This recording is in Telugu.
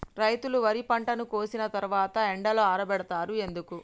రైతులు వరి పంటను కోసిన తర్వాత ఎండలో ఆరబెడుతరు ఎందుకు?